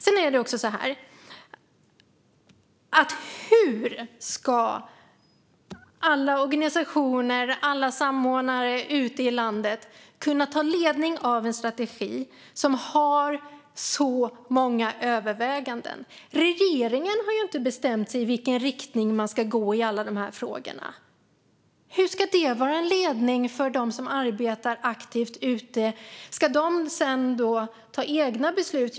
Sedan är frågan: Hur ska alla organisationer och samordnare ute i landet kunna få ledning av en strategi som innehåller så många överväganden? Regeringen har ju inte bestämt sig för vilken riktning man ska gå i gällande alla de här frågorna, så hur ska detta vara en ledning för dem som arbetar aktivt där ute? Ska de sedan ta egna beslut?